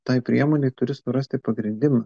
tai priemonei turi surasti pagrindimą